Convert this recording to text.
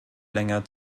länger